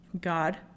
God